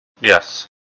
Yes